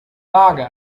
vage